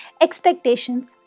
expectations